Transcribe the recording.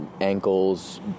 ankles